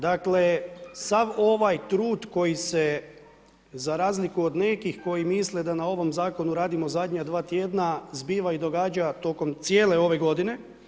Dakle, sav ovaj trud koji se, za razliku od nekih koji misle da na ovom zakonu radimo zadnje dva tjedna, zbiva i događa tokom cijele ove godine.